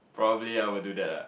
probably I would do that ah